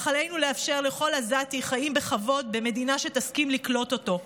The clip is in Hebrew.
אך עלינו לאפשר לכל עזתי חיים בכבוד במדינה שתסכים לקלוט אותו.